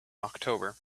october